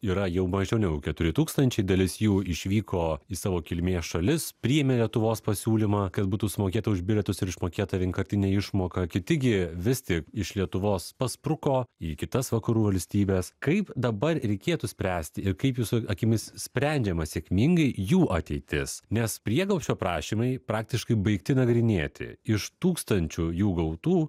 yra jau mažiau negu keturi tūkstančiai dalis jų išvyko į savo kilmės šalis priėmė lietuvos pasiūlymą kad būtų sumokėta už bilietus ir išmokėta vienkartinė išmoka kiti gi vis tik iš lietuvos paspruko į kitas vakarų valstybes kaip dabar reikėtų spręsti ir kaip jūsų akimis sprendžiama sėkmingai jų ateitis nes prieglobsčio prašymai praktiškai baigti nagrinėti iš tūkstančių jų gautų